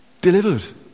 delivered